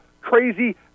crazy